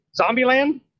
Zombieland